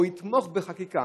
או יתמוך בחקיקה,